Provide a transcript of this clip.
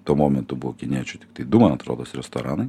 tuo momentu buvo kiniečių tiktai du man atrodos restoranai